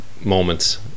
moments